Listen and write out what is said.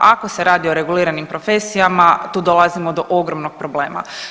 Ako se radi o reguliranim profesijama, tu dolazimo do ogromnog problema.